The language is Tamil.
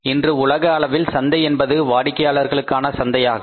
இன்று உலக அளவில் சந்தை என்பது வாடிக்கையாளர்களுக்கான சந்தையாகும்